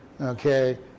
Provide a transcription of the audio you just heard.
Okay